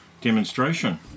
demonstration